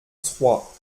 trois